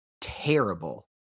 terrible